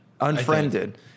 Unfriended